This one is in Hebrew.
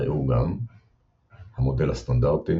ראו גם המודל הסטנדרטי